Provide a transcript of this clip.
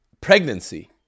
pregnancy